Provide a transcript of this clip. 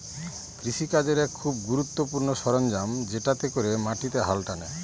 কৃষি কাজের এক খুব গুরুত্বপূর্ণ সরঞ্জাম যেটাতে করে মাটিতে হাল টানে